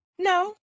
No